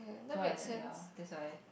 so like that ya that's why